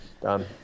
Done